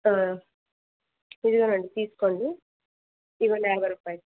ఇదిగో అండి తీసుకోండి ఇదిగోండి యాభై రూపాయలు